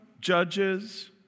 Judges